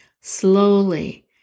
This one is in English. slowly